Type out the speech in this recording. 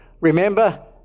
remember